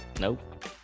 Nope